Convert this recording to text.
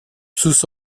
sus